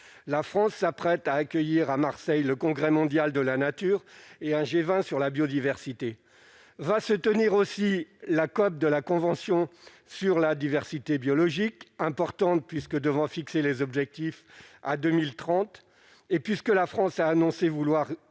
la France s'apprête à accueillir à Marseille le congrès mondial de la nature et un G20 sur la biodiversité, va se tenir aussi la COB de la Convention sur la diversité biologique importante puisque devant fixer les objectifs à 2030 et puisque la France a annoncé vouloir